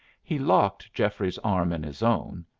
he locked geoffrey's arm in his own,